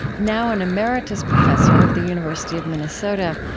now an emeritus professor of the university of minnesota,